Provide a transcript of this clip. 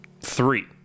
Three